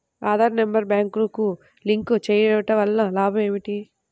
Aadhaar number బ్యాంక్నకు link చేయుటవల్ల లాభం ఏమిటి?